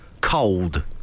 Cold